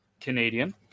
canadian